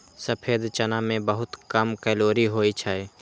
सफेद चना मे बहुत कम कैलोरी होइ छै